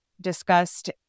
discussed